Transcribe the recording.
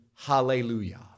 Hallelujah